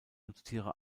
nutztiere